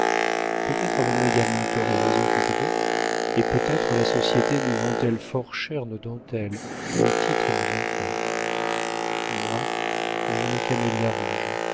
peut-être avons-nous également tort et raison toutes deux et peut-être la société nous vend elle fort cher nos dentelles nos titres et nos enfants moi j'ai mes camélias rouges